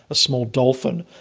a small dolphin.